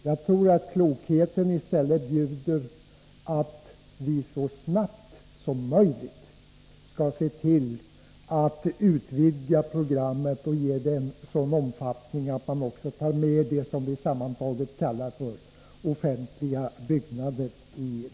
Jag tror att klokheten i stället bjuder att vi så snart som möjligt skall se till att utvidga programmet och ge det en sådan omfattning att man också tar med det som i det här sammanhanget sammantaget kallas offentliga byggnader.